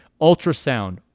ultrasound